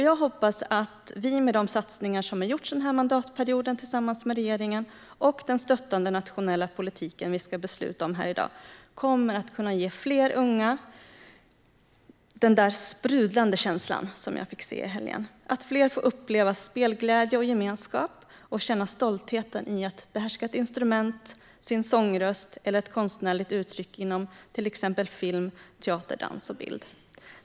Jag hoppas av vi med de satsningar som gjorts den här mandatperioden tillsammans med regeringen och den stöttande nationella politiken som vi ska besluta om här i dag kommer att kunna ge fler unga den där sprudlande känslan jag fick se i helgen. Det handlar om att fler får uppleva spelglädje och gemenskap och får känna stoltheten i att behärska ett instrument, sin sångröst eller ett konstnärligt uttryck inom till exempel film, teater, dans eller bild.